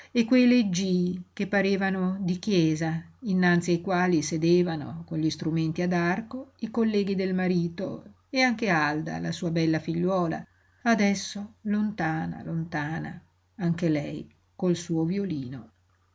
e quei leggii che parevano di chiesa innanzi ai quali sedevano con gli strumenti ad arco i colleghi del marito e anche alda la sua bella figliuola adesso lontana lontana anche lei col suo violino